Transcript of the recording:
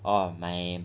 orh my